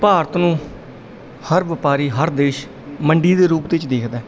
ਭਾਰਤ ਨੂੰ ਹਰ ਵਪਾਰੀ ਹਰ ਦੇਸ਼ ਮੰਡੀ ਦੇ ਰੂਪ ਵਿੱਚ ਦੇਖਦਾ